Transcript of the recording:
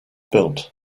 built